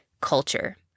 culture